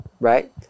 Right